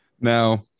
Now